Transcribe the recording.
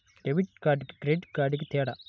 Debit కార్డుకి credit కార్డుకి తేడా?